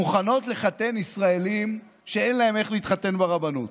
שמוכנות לחתן ישראלים שאין להם איך להתחתן ברבנות.